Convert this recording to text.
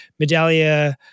Medallia